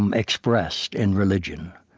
um expressed in religion,